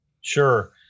Sure